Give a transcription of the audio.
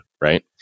right